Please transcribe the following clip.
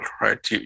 right